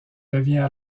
devient